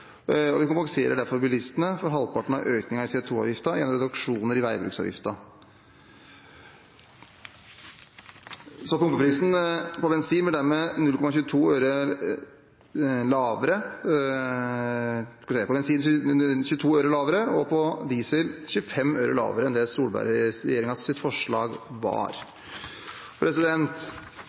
og vi kompenserer derfor bilistene for halvparten av økningen i CO 2 -avgiften gjennom reduksjoner i veibruksavgiften. Pumpeprisen på bensin blir dermed 22 øre lavere, og på diesel blir den 25 øre lavere enn det som var Solberg-regjeringens forslag.